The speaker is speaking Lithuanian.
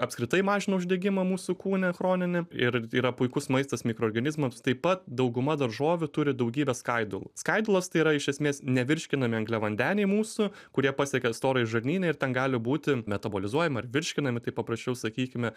apskritai mažina uždegimą mūsų kūne chroninį ir yra puikus maistas mikroorganizmams taip pat dauguma daržovių turi daugybę skaidulų skaidulos tai yra iš esmės nevirškinami angliavandeniai mūsų kurie pasiekia storąjį žarnyną ir ten gali būti metabolizuojami ar virškinami taip paprasčiau sakykime